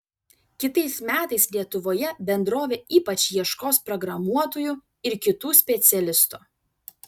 kitais metais lietuvoje bendrovė ypač ieškos programuotojų ir kitų specialistų